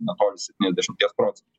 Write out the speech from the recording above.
netoli septyniasdešimties procentų